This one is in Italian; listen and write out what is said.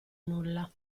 nulla